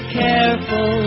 careful